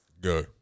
Go